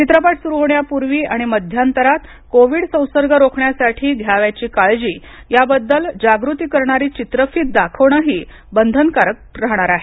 चित्रपट सुरू होण्यां पूर्वी आणि मध्यंतरात कोविड संसर्ग रोखण्यासाठी घ्यावयाची काळजी याबद्दल जागृती करणारी चित्रफीत दाखवण ही बंधन कारक राहणार आहे